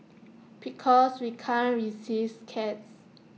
because we can't resist cats